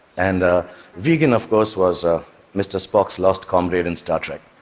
and vegan, of course, was ah mr. spock's lost comrade in star trek.